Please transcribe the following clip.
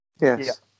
Yes